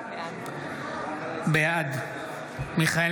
בעד מיכאל